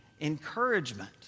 encouragement